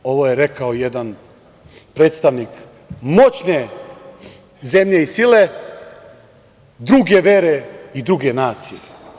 Ovo je rekao jedan predstavnik moćne zemlje i sile druge vere i druge nacije.